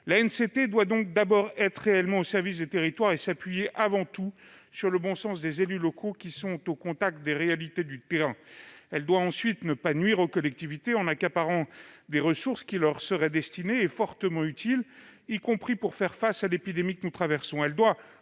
L'ANCT doit donc d'abord être réellement au service des territoires et s'appuyer avant tout sur le bon sens des élus locaux, qui sont au contact des réalités du terrain. Elle doit ensuite ne pas nuire aux collectivités en accaparant des ressources qui leur seraient destinées et fortement utiles, y compris pour faire face à l'épidémie que nous traversons.